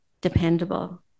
dependable